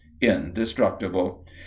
indestructible